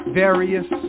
various